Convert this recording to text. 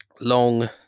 long